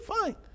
fine